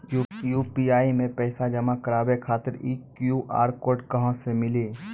UPI मे पैसा जमा कारवावे खातिर ई क्यू.आर कोड कहां से मिली?